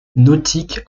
nautiques